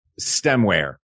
stemware